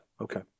Okay